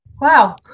wow